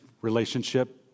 relationship